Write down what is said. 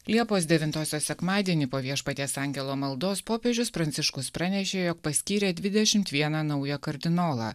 liepos devintosios sekmadienį po viešpaties angelo maldos popiežius pranciškus pranešė jog paskyrė dvidešim vieną naują kardinolą